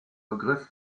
begriff